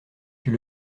fut